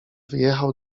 wyjechał